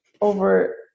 over